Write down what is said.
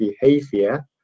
behavior